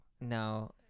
no